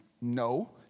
No